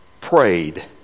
prayed